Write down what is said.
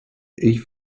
ich